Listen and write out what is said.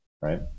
right